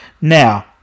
Now